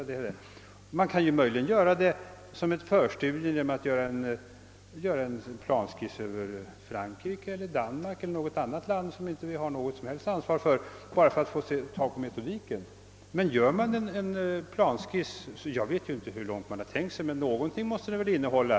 Man kan möjligen som ett förstudium göra en planskiss över Frankrike, Danmark eller något annat land, som vi inte har något som helst ansvar för, bara för att arbeta in metodiken. Jag vet inte vad man tänkt sig att .en planskiss skall innehålla.